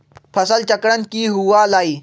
फसल चक्रण की हुआ लाई?